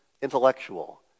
intellectual